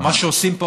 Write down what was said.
מה שעושים פה,